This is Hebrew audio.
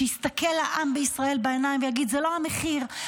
שיסתכל לעם בישראל בעיניים ויגיד: זה לא המחיר.